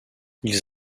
ils